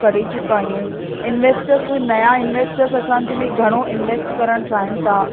करे चुका आहियूं इंवेस्टर्स नया इंवेस्टर्स असांजे में घणो इंवेस्ट करणु चाहिनि था